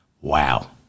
Wow